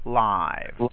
live